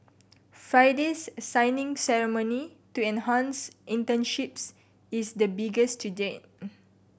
Friday's signing ceremony to enhance internships is the biggest to date